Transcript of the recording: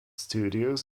studios